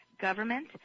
government